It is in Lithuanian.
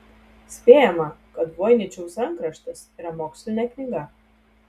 spėjama kad voiničiaus rankraštis yra mokslinė knyga